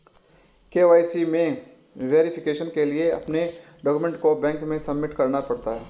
KYC में verification के लिए अपने डाक्यूमेंट को बैंक में सबमिट करना पड़ता है